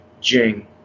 jing